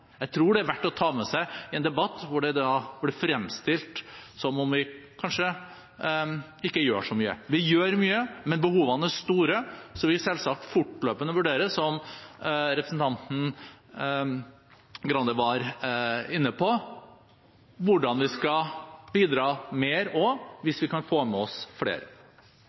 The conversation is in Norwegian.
Jeg tror det er verdt å ta med seg i en debatt hvor det blir fremstilt som om vi kanskje ikke gjør så mye. Vi gjør mye, men behovene er store, så vi vil selvsagt fortløpende vurdere, som representanten Skei Grande var inne på, hvordan vi skal bidra mer hvis vi kan få med oss flere.